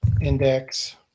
index